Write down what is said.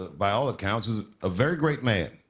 by all accounts, was a very great man.